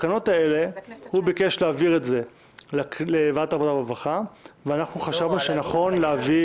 הוא ביקש להעביר את זה לוועדת העבודה והרווחה ואנחנו חשבנו שנכון להעביר